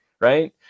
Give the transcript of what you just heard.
right